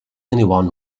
anyone